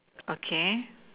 okay